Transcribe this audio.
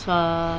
छ